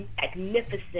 magnificent